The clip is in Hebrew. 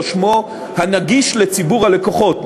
או שמו הנגיש לציבור הלקוחות,